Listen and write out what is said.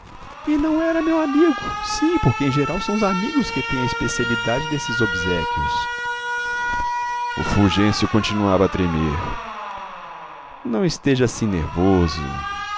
e não era meu amigo sim porque em geral são os amigos que têm a especialidade desses obséquios o fulgêncio continuava a tremer não esteja assim nervoso